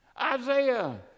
Isaiah